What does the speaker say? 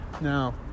now